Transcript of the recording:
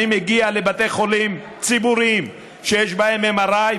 אני מגיע לבתי חולים ציבוריים שיש בהם MRI,